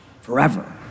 Forever